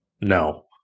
No